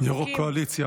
יו"ר הקואליציה,